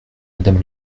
madame